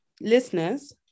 listeners